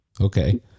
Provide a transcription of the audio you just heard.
Okay